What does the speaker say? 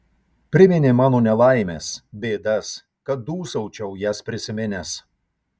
priminė mano nelaimes bėdas kad dūsaučiau jas prisiminęs